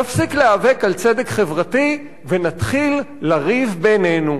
נפסיק להיאבק על צדק חברתי ונתחיל לריב בינינו.